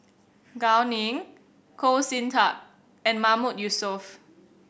Gao Ning Goh Sin Tub and Mahmood Yusof